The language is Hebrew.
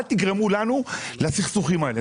אל תגרמו לכך שיהיו לנו סכסוכים כאלה.